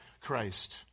Christ